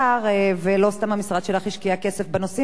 ולא סתם המשרד שלך השקיע כסף בנושאים האלו, אבל